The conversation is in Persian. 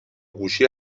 گوشی